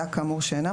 עניינים הקשורים לעולם